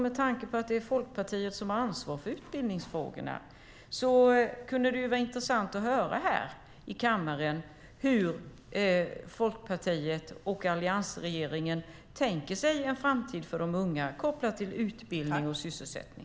Med tanke på att Folkpartiet har ansvar för utbildningsfrågorna kunde det vara intressant att få höra här i kammaren hur Folkpartiet och alliansregeringen tänker sig en framtid för de unga när det gäller utbildning och sysselsättning.